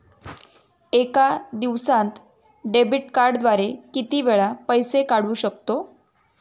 एका दिवसांत डेबिट कार्डद्वारे किती वेळा पैसे काढू शकतो?